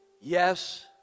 Yes